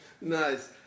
Nice